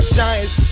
giants